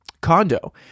condo